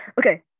Okay